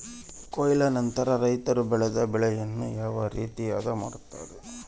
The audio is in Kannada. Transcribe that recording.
ಕೊಯ್ಲು ನಂತರ ರೈತರು ಬೆಳೆದ ಬೆಳೆಯನ್ನು ಯಾವ ರೇತಿ ಆದ ಮಾಡ್ತಾರೆ?